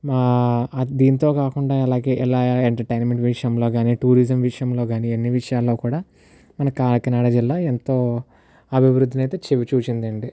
మా దీంతో కాకుండా అలాగే ఎలా ఎంటర్టైన్మెంట్ విషయంలో కానీ టూరిజం విషయం కానీ అన్ని విషయాల్లో కూడా మన కాకినాడ జిల్లా ఎంతో అభివృద్ధినైతే చవిచూసిందండి